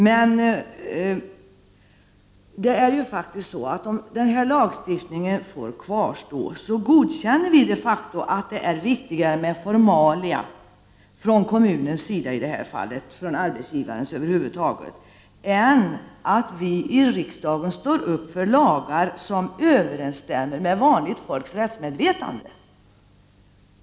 Men om den här lagstiftningen får kvarstå godkänner vi de facto att det är viktigare med formalia, i det här fallet från kommunens sida och från arbetsgivarens sida över huvud taget, än att vi i riksdagen tar ställning för lagar som överensstämmer med vanligt folks rättsmedvetande.